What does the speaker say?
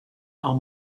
are